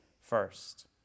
first